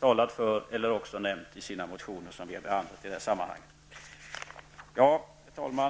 förespråkat, eller också nämnt i sina motioner som vi har behandlat i det här sammanhanget. Herr talman!